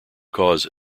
cause